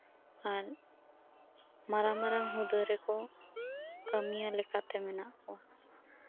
ᱟᱨ ᱢᱟᱨᱟᱝ ᱢᱟᱨᱟᱝ ᱦᱩᱫᱟᱹ ᱨᱮᱠᱚ ᱠᱟᱹᱢᱭᱟᱹ ᱞᱮᱠᱟᱛᱮ ᱢᱮᱱᱟᱜ ᱠᱚᱣᱟ